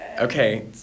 okay